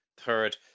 third